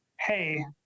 hey